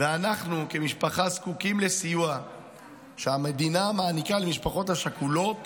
ואנחנו כמשפחה זקוקים לסיוע שהמדינה מעניקה למשפחות השכולות